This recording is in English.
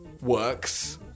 works